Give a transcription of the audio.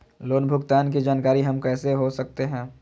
Loan भुगतान की जानकारी हम कैसे हो सकते हैं?